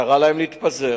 קראה להם להתפזר.